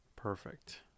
Perfect